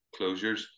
closures